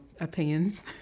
opinions